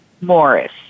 Morris